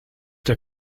der